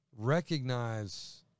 recognize